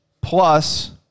plus